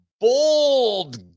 Bold